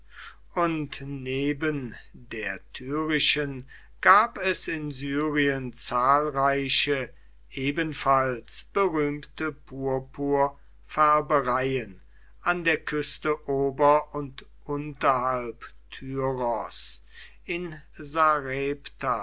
und neben der tyrischen gab es in syrien zahlreiche ebenfalls berühmte purpurfärbereien an der küste ober und unterhalb tyros in